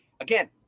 again